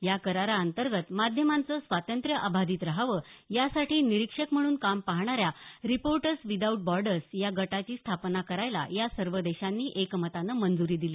या कराराअंतर्गत माध्यमांचं स्वांतत्र्य अबाधित राहावं यासाठी निरीक्षक म्हणून काम पाहणाऱ्या रिपोर्टर्स विदाऊट बॉर्डर्स या गटाची स्थापना करायला या सर्व देशांनी एकमतानं मंजुरी दिली